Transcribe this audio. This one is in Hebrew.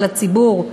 של הציבור,